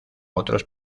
otros